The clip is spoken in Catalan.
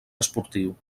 esportiu